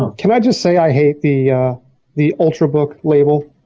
can i just say i hate the the ultrabook label.